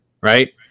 right